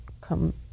come